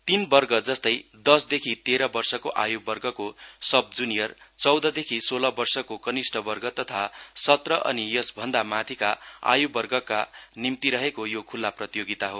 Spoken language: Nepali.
तीनवर्ग जस्तै दस देखि तेर वर्षको आयुवर्गको सब जुनियर चौधदेखि सोल वर्षको कनिष्ठ वर्ग तथा सत्र अनि यस भन्दा माथिका आयुर्वगका निम्ति रहेको यो खुल्ला प्रतियोगिता हो